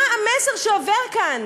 מה המסר שעובר כאן?